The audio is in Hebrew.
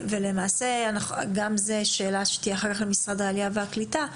גם זאת שאלה למשרד העלייה והקליטה.